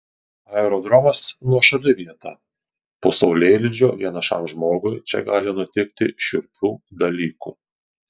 aerodromas nuošali vieta po saulėlydžio vienišam žmogui čia gali nutikti šiurpių dalykų